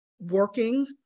working